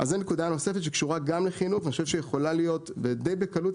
זה נקודה נוספת שקשורה גם לחינוך ואני חושב שהיא יכולה להיות די בקלות,